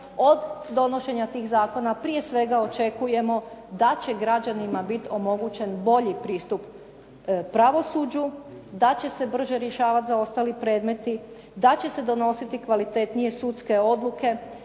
Od donošenja tih zakona prije svega očekujemo da će građanima biti omogućen bolji pristup pravosuđu, da će se brže rješavati zaostali predmeti, da će se donijeti kvalitetnije sudske odluke,